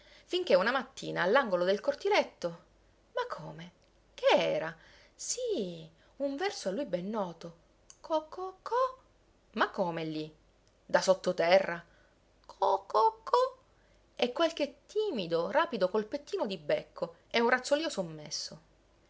finché una mattina all'angolo del cortiletto ma come che era sì un verso a lui ben noto coco co ma come lì da sottoterra co-co-co e qualche timido rapido colpettino di becco e un razzolio sommesso